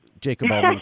Jacob